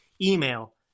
email